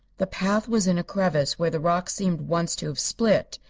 the path was in a crevasse where the rocks seemed once to have split.